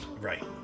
right